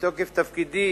מתוקף תפקידי